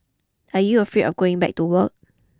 are you afraid going back to work